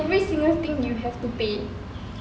every single thing you have to pay